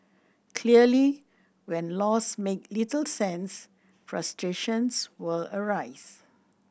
clearly when laws make little sense frustrations will arise